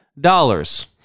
dollars